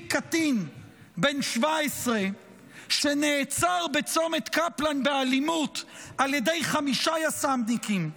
קטין בן 17 שנעצר בצומת קפלן באלימות על ידי חמישה יס"מניקים.